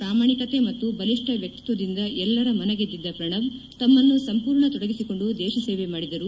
ಪ್ರಾಮಾಣಿಕತೆ ಮತ್ತು ಬಲಿಷ್ಣ ವ್ಯಕ್ತಿತ್ವದಿಂದ ಎಲ್ಲರ ಮನ ಗೆದ್ದಿದ್ದ ಪ್ರಣಬ್ ತಮ್ಮನ್ನು ಸಂಪೂರ್ಣ ತೊಡಗಿಸಿಕೊಂಡು ದೇಶ ಸೇವೆ ಮಾಡಿದರು